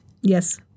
Yes